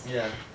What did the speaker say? ya